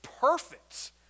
perfect